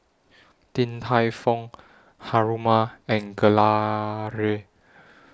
Din Tai Fung Haruma and Gelare